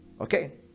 okay